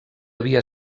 havia